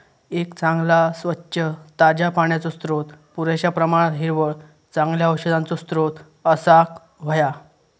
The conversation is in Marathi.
एक चांगला, स्वच्छ, ताज्या पाण्याचो स्त्रोत, पुरेश्या प्रमाणात हिरवळ, चांगल्या औषधांचो स्त्रोत असाक व्हया